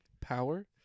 Power